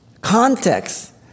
context